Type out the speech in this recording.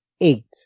eight